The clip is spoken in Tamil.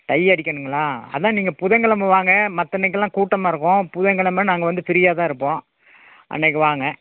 டை அடிக்கணுங்களா அதுதான் நீங்கள் புதன் கிழம வாங்க மற்ற அன்றைக்கிலாம் கூட்டமாக இருக்கும் புதன் கிழம நாங்கள் வந்து ஃப்ரீயாக தான் இருப்போம் அன்றைக்கி வாங்க